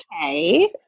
Okay